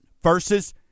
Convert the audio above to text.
versus